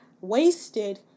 wasted